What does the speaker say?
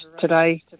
today